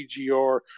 pgr